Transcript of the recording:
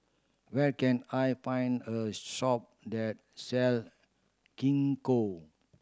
where can I find a shop that sell Gingko